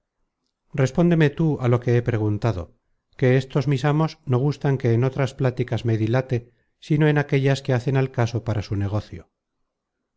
respóndeme tú á lo que he preguntado que estos mis amos no gustan que en otras pláticas me dilate sino en aquellas que hacen al caso para su negocio